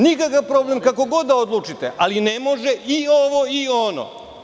Nikakav problem, kako god da odlučite, ali ne može i ovo i ono.